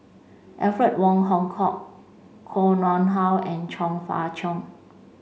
Alfred Wong Hong Kwok Koh Nguang How and Chong Fah Cheong